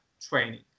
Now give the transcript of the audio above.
training